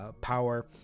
power